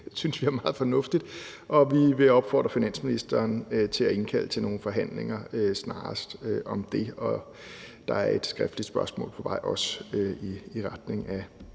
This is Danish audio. synes vi er meget fornuftigt, og vi vil opfordre finansministeren til at indkalde til nogle forhandlinger snarest om det. Og der er også et skriftligt spørgsmål på vej til